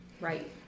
Right